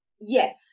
Yes